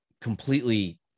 completely